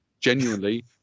genuinely